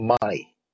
money